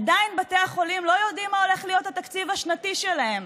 עדיין בתי החולים לא יודעים מה הולך להיות התקציב השנתי שלהם.